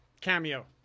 Cameo